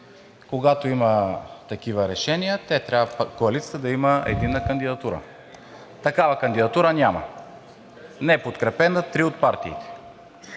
когато има такива решения, трябва коалицията да има единна кандидатура. Такава кандидатура няма – неподкрепена от три от партиите,